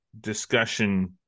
discussion